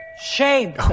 Shame